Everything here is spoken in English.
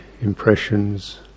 impressions